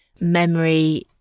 memory